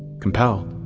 compelled.